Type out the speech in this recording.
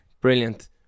Brilliant